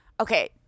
Okay